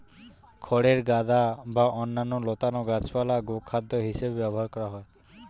খড়ের গাদা বা অন্যান্য লতানো গাছপালা গোখাদ্য হিসেবে ব্যবহার করা হয়